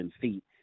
feet